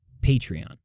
Patreon